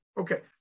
okay